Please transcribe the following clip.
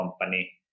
company